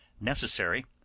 necessary